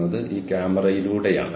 അതിനാൽ നിങ്ങൾ തുണികൾ ഒന്നിൽ കഴുകണം